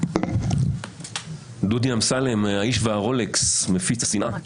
דודו אמסלם, האיש והרולקס, מפיץ השנאה,